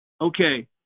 okay